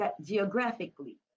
geographically